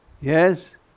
yes